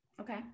Okay